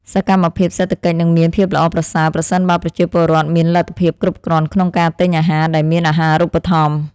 សកម្មភាពសេដ្ឋកិច្ចនឹងមានភាពល្អប្រសើរប្រសិនបើប្រជាពលរដ្ឋមានលទ្ធភាពគ្រប់គ្រាន់ក្នុងការទិញអាហារដែលមានអាហាររូបត្ថម្ភ។